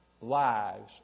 lives